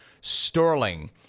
Sterling